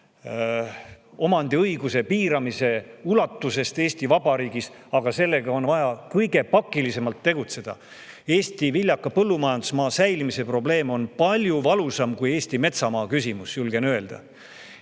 on omandiõiguse piiramise ulatuses Eesti Vabariigis, sellega on vaja kõige pakilisemalt tegutseda. Eesti viljaka põllumajandusmaa säilimise probleem on palju valusam kui Eesti metsamaa küsimus, julgen öelda.